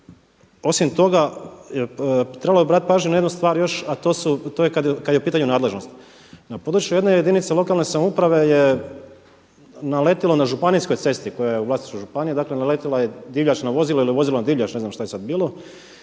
osim toga trebalo bi obratiti pažnju na jednu stvar još, a to je kada je u pitanju nadležnost. Na području jedne jedinice lokalne samouprave je naletilo na županijskoj cesti koja je u vlasništvu županije, dakle naletila je divljač na vozilo ili vozilo na divljač ne znam šta je sada bilo